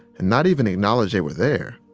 and not even acknowledged they were there?